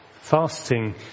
Fasting